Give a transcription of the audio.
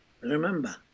Remember